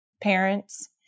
parents